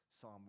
Psalm